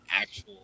actual